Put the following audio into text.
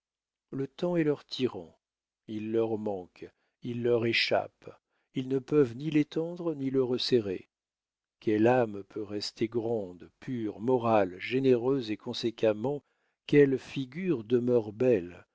le temps est leur tyran il leur manque il leur échappe ils ne peuvent ni l'étendre ni le resserrer quelle âme peut rester grande pure morale généreuse et conséquemment quelle figure demeure belle